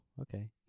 okay